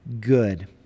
good